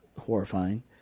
horrifying